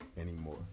anymore